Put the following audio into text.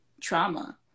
trauma